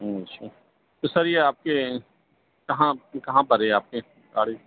او اچھا تو سر یہ آپ کے کہاں کہاں پر ہے یہ آپ کے گاڑی